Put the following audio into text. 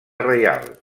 reial